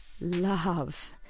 love